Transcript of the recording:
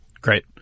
great